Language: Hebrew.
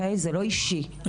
זה לא אישי,